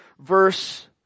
verse